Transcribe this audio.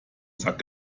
sack